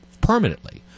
permanently